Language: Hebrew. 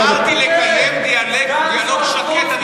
אמרתי לקיים דיאלוג שקט.